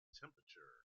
temperature